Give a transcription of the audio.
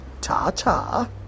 Ta-ta